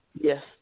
Yes